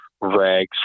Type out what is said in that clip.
rags